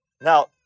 Now